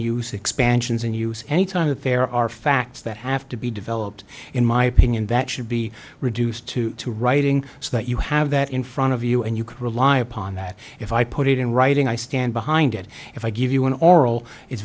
use expansions and use any time that there are facts that have to be developed in my opinion that should be reduced to two writing so that you have that in front of you and you can rely upon that if i put it in writing i stand behind it if i give you an oral it's